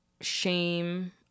shame